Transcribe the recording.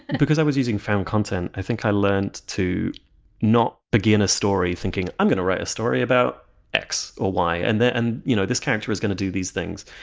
because i was using found content, i think i learnt to not begin a story thinking i'm going to write a story about x, or y and and you know this character is going to do these things,